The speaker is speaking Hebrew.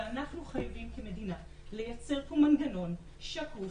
אבל אנחנו חייבים כמדינה לייצר פה מנגנון שקוף,